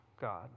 God